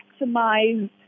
maximize